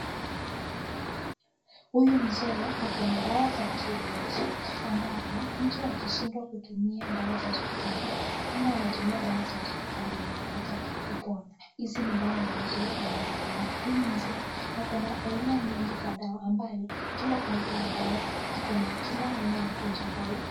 Huyu mzee ako na dawa za kienyeji ambapo mtu akishindwa kutumia dawa za hospitali ama ametumia dawa za hospitali na apate kupona, hizi ni dawa ambazo anazitumia. Huyu mzee ako na aina mingi za dawa ambayo kila aina ya dawa iko na kila aina ya ugonjwa ambayo.